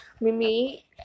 Mimi